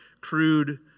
crude